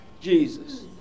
Jesus